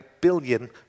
billion